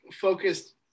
focused